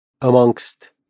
amongst